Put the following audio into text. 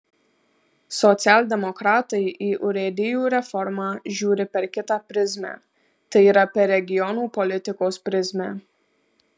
socialdemokratai į urėdijų reformą žiūri per kitą prizmę tai yra per regionų politikos prizmę